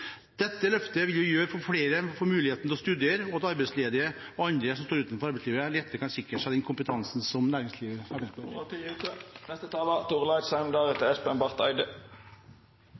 Dette løftet vil gjøre at flere får muligheten til å studere, og at arbeidsledige og andre som står utenfor arbeidslivet, lettere kan sikre seg den kompetansen som næringslivet trenger. Petroleumsverksemda er Noregs desidert største og